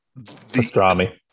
Pastrami